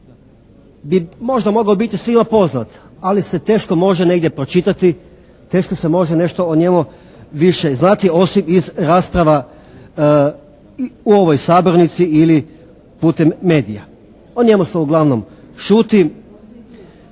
bi možda mogao biti svima poznat ali se teško može negdje pročitati, teško se može nešto o njemu više znati osim iz rasprava u ovoj sabornici ili putem medija. O njemu se uglavnom šuti.